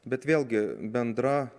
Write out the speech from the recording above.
bet vėlgi bendra